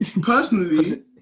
Personally